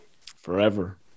Forever